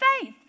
faith